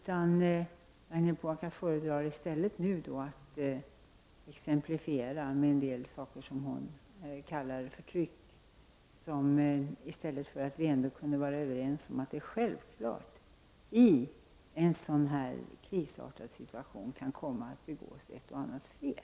Ragnhild Pohanka föredrar i stället att exemplifiera med en del saker som hon kallar förtryck, i stället för att vi ändå kunde vara överens om att det är självklart att det i en sådan här krisartad situation kan begås ett och annat fel.